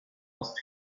asked